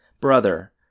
brother